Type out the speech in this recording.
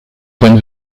point